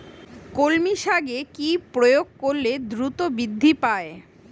কলমি শাকে কি প্রয়োগ করলে দ্রুত বৃদ্ধি পায়?